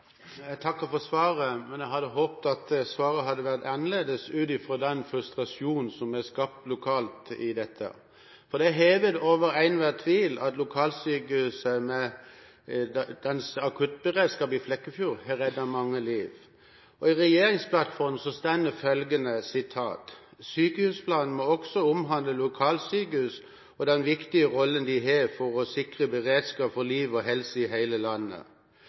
Jeg takker for svaret, men jeg hadde håpet at svaret hadde vært annerledes ut fra den frustrasjonen som er skapt lokalt om dette. Det er hevet over enhver tvil at lokalsykehuset med dets akuttberedskap i Flekkefjord har reddet mange liv. I regjeringsplattformen står det følgende: «Sykehusplanen må også omhandle lokalsykehus og den viktige rollen de har for å sikre beredskap for liv og helse i hele landet.»